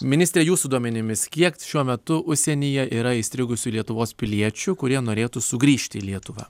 ministre jūsų duomenimis kiek šiuo metu užsienyje yra įstrigusių lietuvos piliečių kurie norėtų sugrįžt į lietuvą